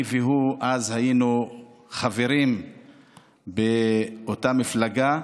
אני והוא היינו אז חברים באותה מפלגה,